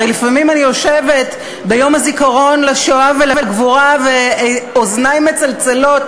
הרי לפעמים אני יושבת ביום הזיכרון לשואה ולגבורה ואוזני מצלצלות